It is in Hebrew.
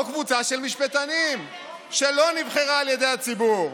או קבוצה של משפטנים שלא נבחרה על ידי הציבור,